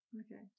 Okay